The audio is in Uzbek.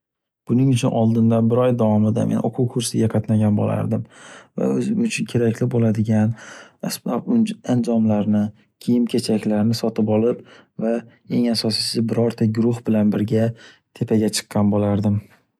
Buning uchun oldindan bir oy davomida o’quv kursiga qatnagan bo’lardim. Va o’zim uchun kerak bo’ladigan asbob unju- anjomlarni, kiyim-kechaklarni sotib olib va eng asosiysi birorta guruh bilan birga tepaga chiqqan bo’lardim.